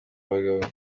abagabo